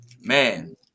Man